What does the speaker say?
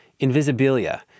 Invisibilia